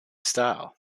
style